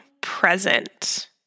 present